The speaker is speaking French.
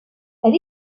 elle